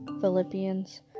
Philippians